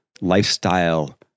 lifestyle